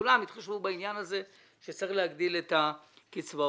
כולם התחשבו בעניין הזה שצריך להגדיל את הקצבאות.